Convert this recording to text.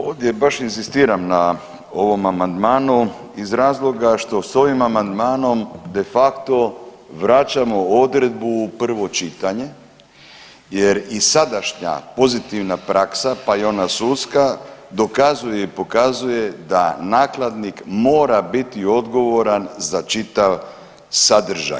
Ovdje baš inzistiram na ovom amandmanu iz razloga što ovim amandmanom de facto vraćamo odredbu u prvo čitanje jer i sadašnja pozitivna praksa, pa i ona sudska dokazuje i pokazuje da nakladnik mora biti odgovoran za čitav sadržaj.